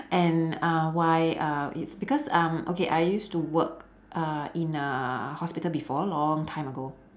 and uh why uh it's because um okay I used to work uh in a hospital before long time ago